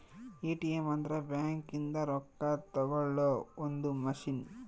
ATM ಅಂದ್ರ bank ಇಂದ ರೊಕ್ಕ ತೆಕ್ಕೊಳೊ ಒಂದ್ ಮಸಿನ್